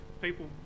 people